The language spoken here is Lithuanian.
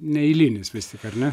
neeilinis vis tik ar ne